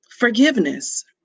Forgiveness